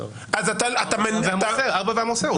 ארבע והמוסר.